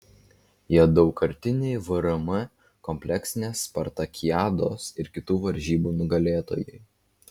jie daugkartiniai vrm kompleksinės spartakiados ir kitų varžybų nugalėtojai